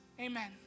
Amen